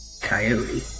Coyote